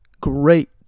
great